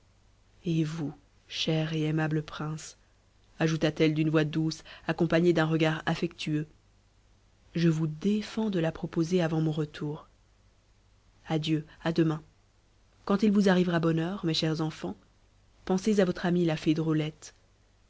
et vous cher et aimable prince ajouta-t-elle d'une voix douce accompagnée d'un regard affectueux je vous défends de la proposer avant mon retour adieu à demain quand il vous arrivera bonheur mes chers enfants pensez à votre amie la fée drôlette